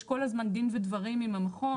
יש כל הזמן דין ודברים עם המכון.